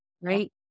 right